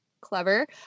clever